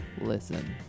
Listen